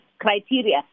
criteria